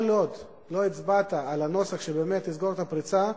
כל עוד לא הצבעת על הנוסח שבאמת יסגור את הפרצה,